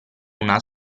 una